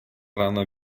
rana